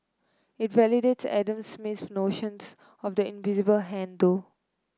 it validates Adam Smith's notions of the invisible hand though